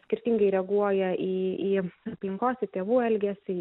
skirtingai reaguoja į į aplinkos į tėvų elgesį